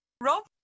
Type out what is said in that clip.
rob